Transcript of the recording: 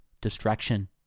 distraction